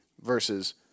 versus